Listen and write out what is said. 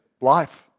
Life